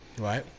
right